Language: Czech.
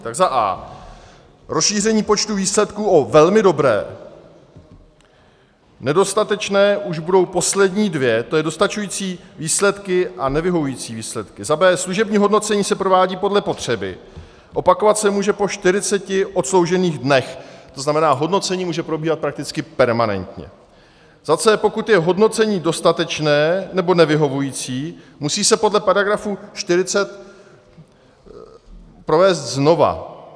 Tak a) rozšíření počtu výsledků o velmi dobré, nedostatečné už budou poslední dvě, tj. dostačující výsledky a nevyhovující důsledky, b) služební hodnocení se provádí podle potřeby, opakovat se může po čtyřiceti odsloužených dnech, tzn. hodnocení může probíhat prakticky permanentně, c) pokud je hodnocení dostatečné nebo nevyhovující, musí se podle § 40 provést znovu.